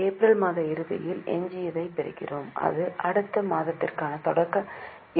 எனவே ஏப்ரல் மாத இறுதியில் எஞ்சியதைப் பெறுகிறோம் அது அடுத்த மாதத்திற்கான தொடக்க இருப்பு ஆகும்